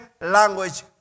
language